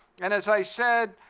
and as i said,